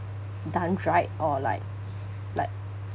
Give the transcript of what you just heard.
done right or like like